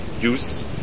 use